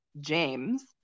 James